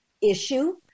issue